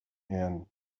and